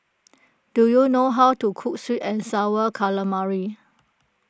do you know how to cook Sweet and Sour Calamari